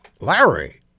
Larry